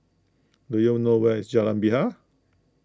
do you know where is Jalan Bilal